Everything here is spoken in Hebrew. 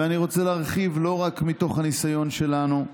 ואני רוצה להרחיב, לא רק מתוך הניסיון שלנו,